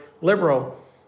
liberal